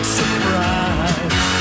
surprise